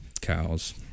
cows